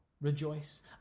rejoice